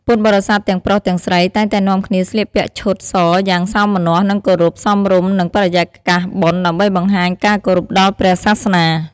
ពុទ្ធបរិស័ទទាំងប្រុសទាំងស្រី តែងតែនាំគ្នាស្លៀកពាក់ឈុតសយ៉ាងសោមនស្ស និងគោរព សមរម្យនឹងបរិយាកាសបុណ្យ ដើម្បីបង្ហាញការគោរពដល់ព្រះសាសនា។